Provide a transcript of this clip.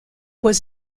was